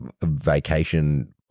vacation